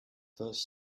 first